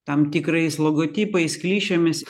tam tikrais logotipais klišėmis